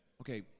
Okay